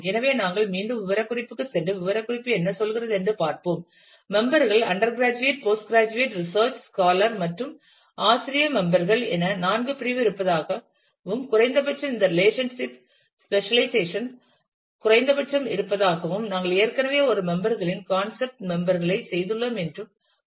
எனவே நாங்கள் மீண்டும் விவரக்குறிப்புக்குச் சென்று விவரக்குறிப்பு என்ன சொல்கிறது என்று பார்ப்போம் மெம்பர் கள் அண்டர்கிராஜுவேட் போஸ்ட்கிராஜுவேட் ரீசர்ச் ஸ்காலர் மற்றும் ஆசிரிய மெம்பர் கள் என நான்கு பிரிவுகள் இருப்பதாகவும் குறைந்தபட்சம் இந்த ரெலேஷன்ஷிப் ஸ்பெஷலைசேஷன் குறைந்தபட்சம் இருப்பதாகவும் நாங்கள் ஏற்கனவே ஒரு மெம்பர் ளின் கான்செப்ட் மெம்பர் களைச் செய்துள்ளோம் என்றும் கூறலாம்